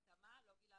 ועדת הכלכלה של